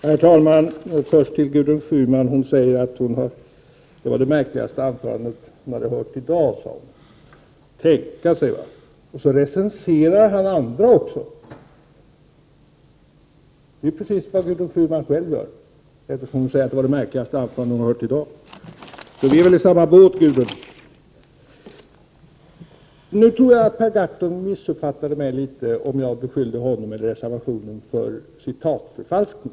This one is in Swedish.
Herr talman! Gudrun Schyman säger att mitt inlägg var det märkligaste anförande hon hade hört i dag. ”Tänka sig! Och så recenserar han andra också.” Det är ju precis vad Gudrun Schyman själv gör, eftersom hon säger att det var det märkligaste anförande hon hört i dag. Så vi är väl i samma båt, Gudrun Schyman. Jag tror att Per Gahrton missuppfattade mig litet om han fick uppfattningen att jag beskyllde honom eller reservationen för citatförfalskning.